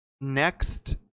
Next